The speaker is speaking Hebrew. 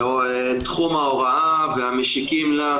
זה בתחום ההוראה והמשיקים לה,